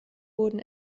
wurden